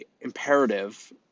imperative